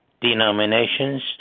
denominations